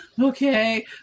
okay